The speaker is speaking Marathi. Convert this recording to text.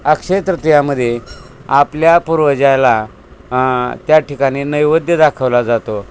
अक्षय्यतृतीयामध्ये आपल्या पूर्वजाला त्या ठिकाणी नैवेद्य दाखवला जातो